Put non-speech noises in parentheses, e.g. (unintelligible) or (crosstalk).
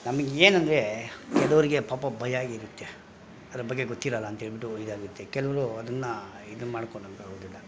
ನಮಗೇನಂದ್ರೆ ಕೆಲವ್ರಿಗೆ ಪಾಪ ಭಯ ಆಗಿರುತ್ತೆ ಅದರ ಬಗ್ಗೆ ಗೊತ್ತಿರಲ್ಲ ಅಂತೇಳಿಬಿಟ್ಟು ಇದಾಗುತ್ತೆ ಕೆಲವ್ರು ಅದನ್ನ ಇದು ಮಾಡ್ಕೊಳಕ್ (unintelligible)